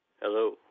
Hello